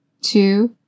two